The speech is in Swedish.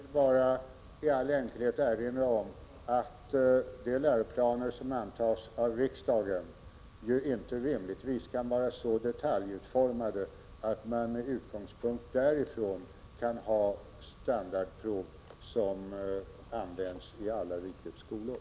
Herr talman! Jag vill bara i all enkelhet erinra om att de läroplaner som antas av riksdagen ju inte rimligtvis kan vara så detaljutformade att man med utgångspunkt därifrån kan göra standardprov som används i alla rikets skolor.